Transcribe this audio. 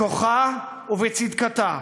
בכוחה ובצדקתה.